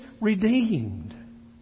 redeemed